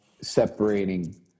separating